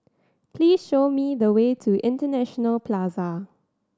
please show me the way to International Plaza